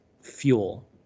fuel